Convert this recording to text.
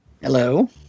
Hello